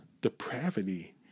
depravity